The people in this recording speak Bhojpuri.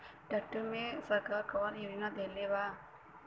ट्रैक्टर मे सरकार कवन योजना देले हैं?